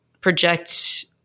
project